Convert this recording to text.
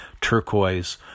turquoise